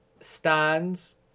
stands